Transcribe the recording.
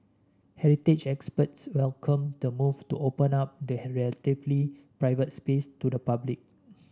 heritage experts welcomed the move to open up the relatively private space to the public